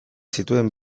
zituen